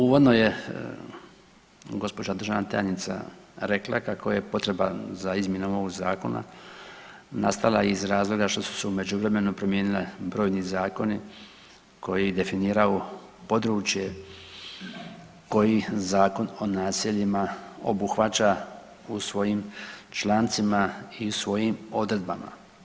Uvodno je gđa. državna tajnica rekla kako je potreba za izmjenom ovog zakona nastala iz razloga što su se u međuvremenu promijenili brojni zakoni koji definiraju područje koji Zakon o naseljima obuhvaća u svojim člancima i svojim odredbama.